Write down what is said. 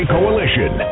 Coalition